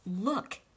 look